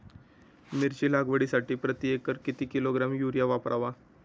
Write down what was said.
मिरची लागवडीसाठी प्रति एकर किती किलोग्रॅम युरिया वापरावा?